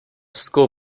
school